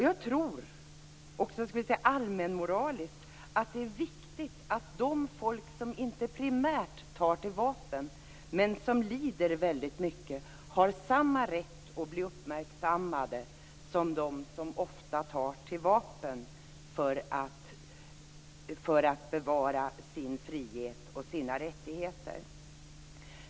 Jag tror så att säga allmänmoraliskt att det är viktigt att de folk som inte primärt tar till vapen men som lider väldigt mycket har samma rätt att bli uppmärksammade som de som ofta tar till vapen för att bevara sin frihet och sina rättigheter.